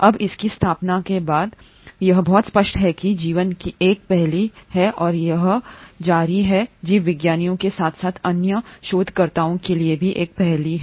अब इसकी स्थापना के बाद से यह बहुत स्पष्ट है कि जीवन एक पहेली है और यह जारी है जीवविज्ञानियों के साथ साथ अन्य शोधकर्ताओं के लिए भी एक पहेली हो